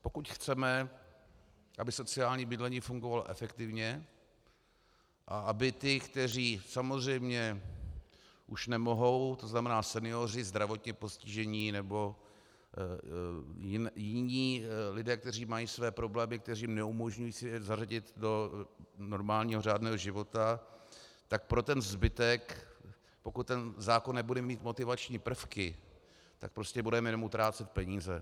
Pokud chceme, aby sociální bydlení fungovalo efektivně a aby ti, kteří samozřejmě už nemohou, to znamená senioři, zdravotně postižení nebo jiní lidé, kteří mají své problémy, které jim neumožňují se zařadit do normálního řádného života, tak pro ten zbytek, pokud ten zákon nebude mít motivační prvky, tak prostě budeme jenom utrácet peníze.